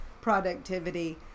productivity